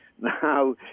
Now